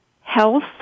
Health